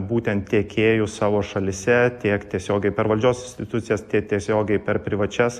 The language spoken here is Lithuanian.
būtent tiekėjų savo šalyse tiek tiesiogiai per valdžios institucijas tiek tiesiogiai per privačias